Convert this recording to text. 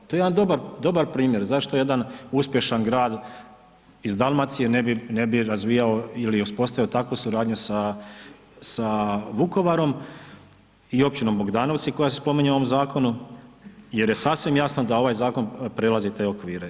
To je jedan dobar, dobar primjer zašto jedan uspješan grad iz Dalmacije ne bi, ne bi razvijao ili uspostavio takvu suradnju sa, sa Vukovarom i općinom Bogdanovci koja se spominje u ovom zakonu jer je sasvim jasno da ovaj zakon prelazi te okvire.